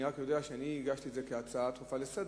אני רק יודע שהגשתי את זה כהצעה דחופה לסדר-היום,